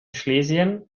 schlesien